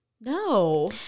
No